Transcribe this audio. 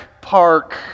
park